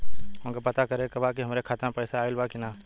हमके पता करे के बा कि हमरे खाता में पैसा ऑइल बा कि ना?